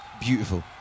beautiful